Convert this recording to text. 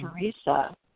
Teresa